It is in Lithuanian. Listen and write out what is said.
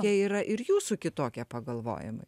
tie yra ir jūsų kitokie pagalvojimai